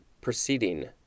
proceeding